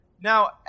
Now